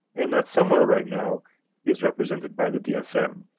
and that somewhere right now is represented by the dsm.